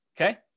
okay